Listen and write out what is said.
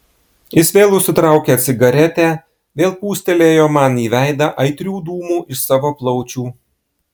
jis vėl užsitraukė cigaretę vėl pūstelėjo man į veidą aitrių dūmų iš savo plaučių